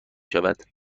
شود